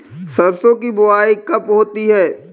सरसों की बुआई कब होती है?